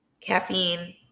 caffeine